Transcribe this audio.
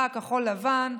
באה כחול לבן,